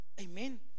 Amen